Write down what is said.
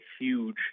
huge